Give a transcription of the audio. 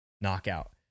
knockout